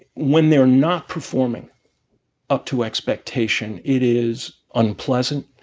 when they're not performing up to expectation, it is unpleasant.